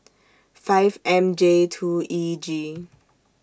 five M J two E G